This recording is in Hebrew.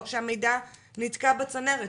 או כשהמידע נתקבע בצנרת.